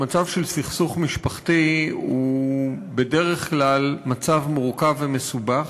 המצב של סכסוך משפחתי הוא בדרך כלל מצב מורכב ומסובך,